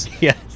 Yes